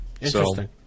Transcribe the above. Interesting